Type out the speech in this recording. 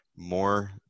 more